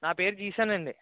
నా పేరు జీసన్ అండి